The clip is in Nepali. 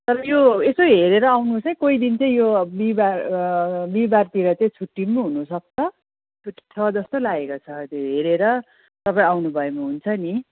तर यो यसो हेरेर आउनुहोस् है कोही दिन चाहिँ यो अब बिहीबार बिहीबारतिर चाहिँ छुट्टी पनि हुनुसक्छ छुट्टी छ जस्तो लागेको छ त्यो हेरेर तपाईँ आउनुभयो भने हुन्छ नि